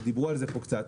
ודיברו על זה פה קצת.